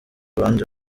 banze